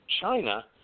China